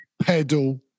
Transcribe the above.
pedal